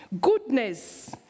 goodness